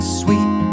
sweet